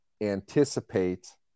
anticipate